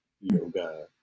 yoga